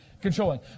Controlling